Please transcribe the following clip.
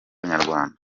nyarwanda